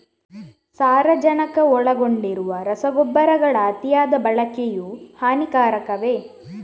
ಸಾರಜನಕ ಒಳಗೊಂಡಿರುವ ರಸಗೊಬ್ಬರಗಳ ಅತಿಯಾದ ಬಳಕೆಯು ಹಾನಿಕಾರಕವೇ?